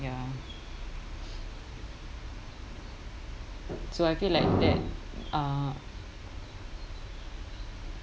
ya so I feel like that uh